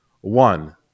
one